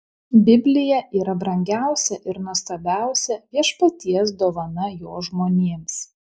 biblija yra brangiausia ir nuostabiausia viešpaties dovana jo žmonėms